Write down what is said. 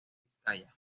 vizcaya